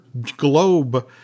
globe